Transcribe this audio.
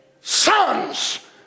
Sons